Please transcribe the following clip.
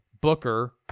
Booker